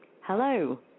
Hello